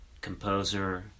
composer